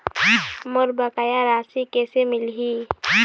मोर बकाया राशि कैसे मिलही?